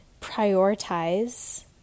prioritize